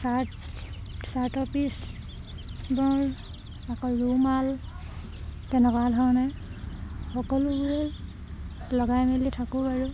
shirt চাৰ্টৰ পিছবোৰ আকৌ ৰুমাল তেনেকুৱা ধৰণে সকলোবোৰে লগাই মেলি থাকোঁ আৰু